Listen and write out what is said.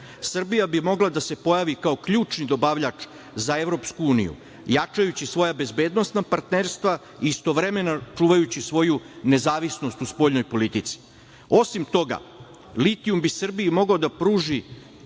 Srbija bi mogla da se pojavi kao ključni dobavljač za EU, jačajući svoja bezbednosna partnerstva i istovremeno čuvajući svoju nezavisnost u spoljnoj politici. Osim toga, litijum bi Srbiji mogao da pruži